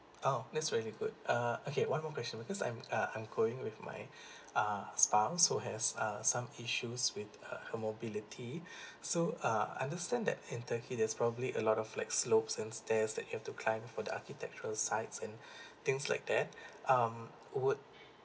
oh that's really good uh okay one more question because I'm uh I'm going with my uh spouse who has uh some issues with err her mobility so uh understand that in turkey there's probably a lot of flat slopes and stairs that you have to climb for the architectural sights and things like that um would